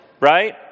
right